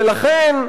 ולכן,